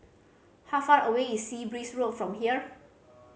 how far away is Sea Breeze Road from here